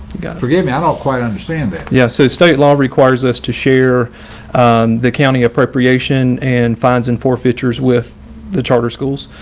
gotta forgive me. i don't quite understand that. yeah, so state law requires us to share the county appropriation and fines and forfeitures with the charter schools.